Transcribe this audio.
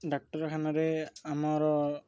ଡାକ୍ତରଖାନାରେ ଆମର